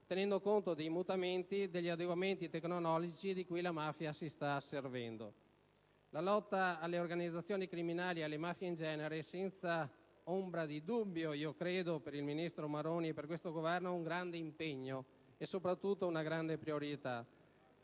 tenendo conto dei mutamenti e degli adeguamenti tecnologici di cui la mafia si sta servendo. La lotta alle organizzazioni criminali e alle mafie in genere senza ombra di dubbio rappresenta per il ministro Maroni e per questo Governo un grande impegno e soprattutto una grande priorità.